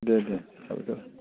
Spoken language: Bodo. दे दे जाबाय जाबाय